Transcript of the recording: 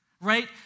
right